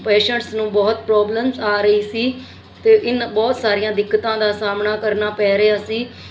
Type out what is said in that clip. patients ਨੂੰ ਬਹੁਤ problems ਆ ਰਹੀ ਸੀ ਅਤੇ ਇਹਨਾਂ ਬਹੁਤ ਸਾਰੀਆਂ ਦਿੱਕਤਾਂ ਦਾ ਸਾਹਮਣਾ ਕਰਨਾ ਪੈ ਰਿਹਾ ਸੀ